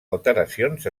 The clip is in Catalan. alteracions